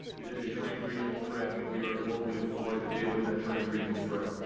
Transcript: it is a trans-regional threat and we are globally deployed to deal with that trans-regional threat.